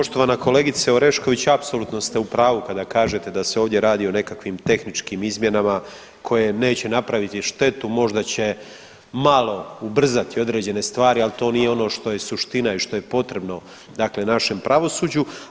Poštovana kolegice Orešković apsolutno ste u pravu kada kažete da se ovdje radi o nekakvim tehničkim izmjenama koje neće napraviti štetu, možda će malo ubrzati određene stvari, ali to nije ono što je suština i što je potrebno dakle našem pravosuđu.